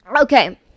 Okay